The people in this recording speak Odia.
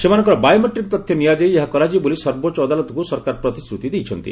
ସେମାନଙ୍କର ବାୟୋମେଟ୍ରିକ୍ ତଥ୍ୟ ନିଆଯାଇ ଏହା କରାଯିବ ବୋଲି ସର୍ବୋଚ୍ଚ ଅଦାଲତଙ୍କୁ ସରକାର ପ୍ରତିଶ୍ରତି ଦେଇଛନ୍ତି